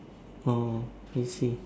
orh I see